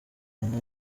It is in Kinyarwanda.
nande